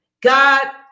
God